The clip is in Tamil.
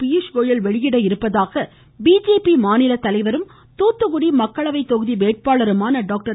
பியூஷ்கோயல் வெளியிட இருப்பதாக பிஜேபி மாநிலத்தலைவரும் தூத்துக்குடி மக்களவை தொகுதி வேட்பாளருமான டாக்டர்